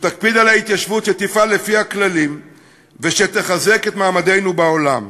שתקפיד על ההתיישבות שתפעל לפי הכללים ושתחזק את מעמדנו בעולם,